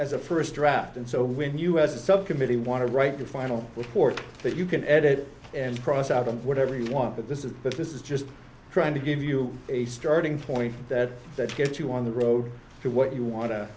as a first draft and so when you as a subcommittee want to write the final report that you can edit and cross out of whatever you want but this is but this is just trying to give you a starting point that to get you on the road to what you want